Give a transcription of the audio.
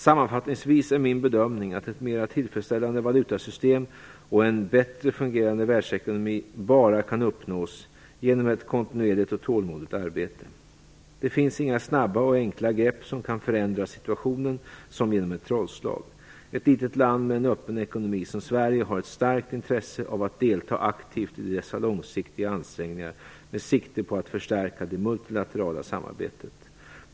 Sammanfattningsvis är min bedömning att ett mera tillfredsställande valutasystem och en bättre fungerande världsekonomi bara kan uppnås genom ett kontinuerligt och tålmodigt arbete. Det finns inga snabba och enkla grepp som kan förändra situationen som genom ett trollslag. Ett litet land med en öppen ekonomi som Sverige har ett starkt intresse av att delta aktivt i dessa långsiktiga ansträngningar med sikte på att förstärka det multilaterala samarbetet.